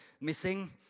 missing